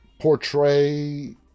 portray